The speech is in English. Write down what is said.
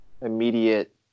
immediate